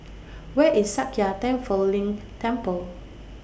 Where IS Sakya Tenphel Ling Temple